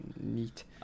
Neat